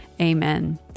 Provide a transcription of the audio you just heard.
Amen